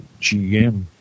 GM